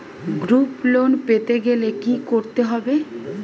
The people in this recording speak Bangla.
গ্রুপ লোন পেতে গেলে কি করতে হবে?